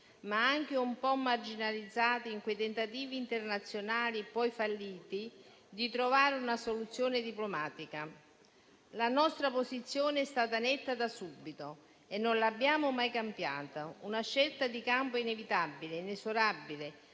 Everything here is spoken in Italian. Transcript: ma anche un po' marginalizzati in quei tentativi internazionali, poi falliti, di trovare una soluzione diplomatica. La nostra posizione è stata netta da subito e non l'abbiamo mai cambiata, una scelta di campo inevitabile e inesorabile;